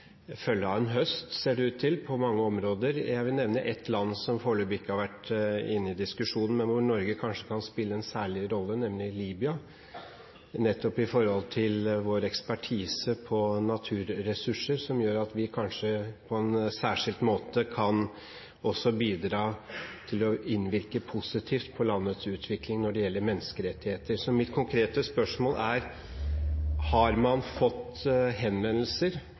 følge av en høst, ser det ut til på mange områder. Jeg vil nevne et land som foreløpig ikke har vært inne i diskusjonen, nemlig Libya, hvor Norge kan spille en særlig rolle nettopp med vår ekspertise på naturressurser, som gjør at vi kanskje på en særskilt måte også kan bidra til å innvirke positivt på landets utvikling når det gjelder menneskerettigheter. Mitt konkrete spørsmål er: Har man fått henvendelser